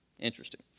Interesting